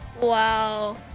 wow